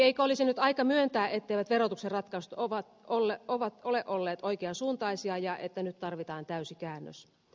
eikö olisi nyt aika myöntää etteivät verotuksen ratkaisut ole olleet oikean suuntaisia ja että nyt tarvitaan täysi käännös